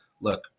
look